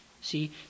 See